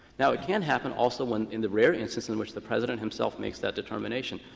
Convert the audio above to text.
now, it can happen also when in the rare instance in which the president himself makes that determination.